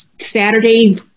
Saturday